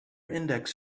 index